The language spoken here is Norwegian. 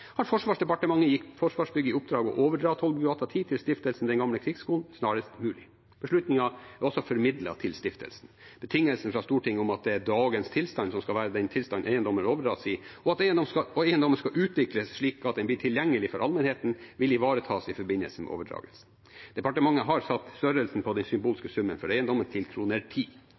har Forsvarsdepartementet gitt Forsvarsbygg i oppdrag å overdra Tollbugata 10 til Stiftelsen Den gamle Krigsskole snarest mulig. Beslutningen er formidlet til stiftelsen. Betingelsene fra Stortinget, at dagens tilstand skal være den tilstand eiendommen overdras i, og at eiendommen skal utvikles, slik at den blir tilgjengelig for allmennheten, vil ivaretas i forbindelse med overdragelsen. Departementet har satt den symbolske summen for eiendommen til